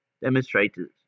Demonstrators